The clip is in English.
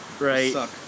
right